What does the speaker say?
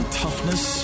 toughness